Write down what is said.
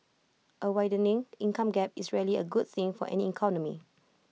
A widening income gap is rarely A good thing for any economy